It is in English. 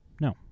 No